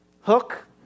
Hook